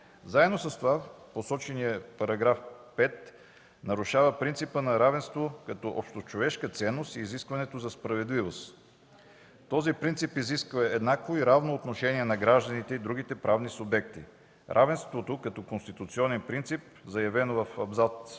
Заедно с това посоченият § 5 нарушава принципа на равенство като „общочовешка ценност” и изискването за справедливост. Този принцип изисква еднакво и равно отношение към гражданите и другите правни субекти. „Равенството” като конституционен принцип, заявен в абзац